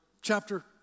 chapter